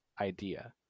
idea